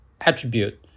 attribute